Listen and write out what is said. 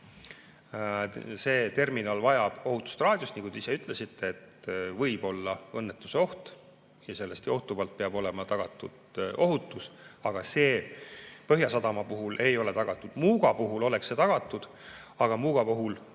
See terminal vajab ohutusraadiust. Nagu te ise ütlesite, võib olla õnnetuse oht. Sellest johtuvalt peab olema tagatud ohutus, aga Põhjasadama puhul ei ole see tagatud. Muuga puhul oleks tagatud, aga Muuga puhul